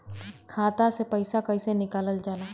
खाता से पैसा कइसे निकालल जाला?